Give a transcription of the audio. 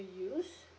use